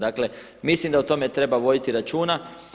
Dakle, mislim da o tome treba voditi računa.